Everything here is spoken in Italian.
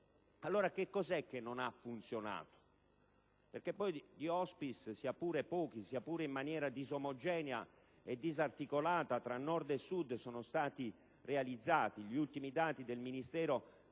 allora che non ha funzionato? Di *hospice*, sia pure pochi, sia pure in maniera disomogenea e disarticolata tra Nord e Sud, ne sono stati realizzati (gli ultimi dati del Ministero